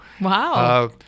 Wow